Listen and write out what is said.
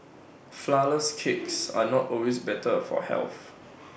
Flourless Cakes are not always better for health